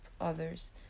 others